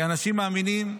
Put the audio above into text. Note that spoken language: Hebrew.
כאנשים מאמינים,